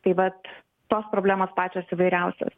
tai vat tos problemos pačios įvairiausios